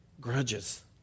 grudges